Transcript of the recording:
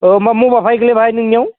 अ बबेबा फैगोनलै भाइ नोंनियाव